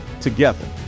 together